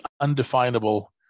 undefinable